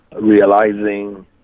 realizing